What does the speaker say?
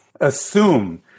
assume